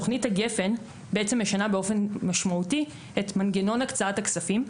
תכנית הגפ"ן משנה באופן משמעותי את מנגנון הקצאת הכספים.